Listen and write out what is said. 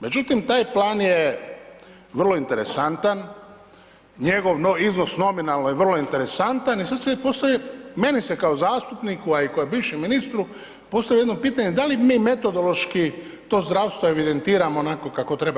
Međutim, taj plan je vrlo interesantan, njegov iznos nominalno je vrlo interesantan i sad si ja postavljam, meni se kao zastupniku, a i kao bivšem ministru postavlja jedno pitanje, da li mi metodološki to zdravstvo evidentiramo onako kako to treba.